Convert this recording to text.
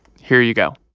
here you go